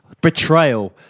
betrayal